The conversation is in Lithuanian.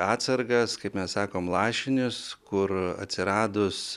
atsargas kaip mes sakom lašinius kur atsiradus